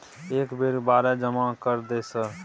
एक एक के बारे जमा कर दे सर?